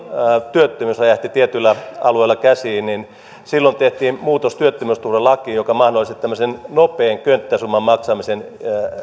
työttömyys räjähti tietyillä alueilla käsiin ja silloin tehtiin muutos työttömyysturvalakiin joka mahdollisti tämmöisen nopean könttäsumman maksamisen